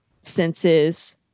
senses